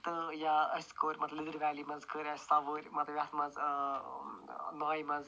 تہٕ یا اسہِ کوٚر مطلب لدٕر ویلی منٛز کٔرۍ اسہِ سَوٲرۍ مطلب یَتھ منٛز ٲں ناوِ منٛز